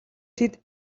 тэд